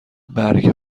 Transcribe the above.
برگ